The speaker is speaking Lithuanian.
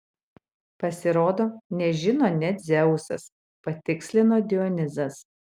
pasirodo nežino nė dzeusas patikslino dionizas